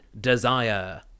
Desire